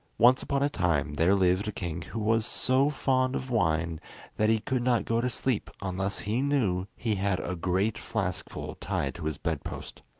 once upon a time there lived a king who was so fond of wine that he could not go to sleep unless he knew he had a great flaskful tied to his bed-post.